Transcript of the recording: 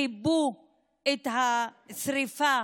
הם כיבו את השרפה